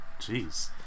Jeez